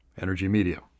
Energy.media